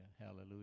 hallelujah